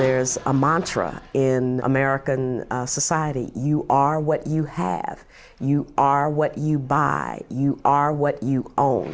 there's a montra in american society you are what you have you are what you buy you are what you o